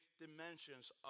dimensions